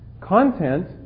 content